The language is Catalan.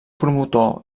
promotor